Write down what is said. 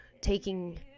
taking